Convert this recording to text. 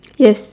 yes